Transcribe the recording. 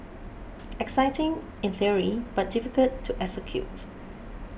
exciting in theory but difficult to execute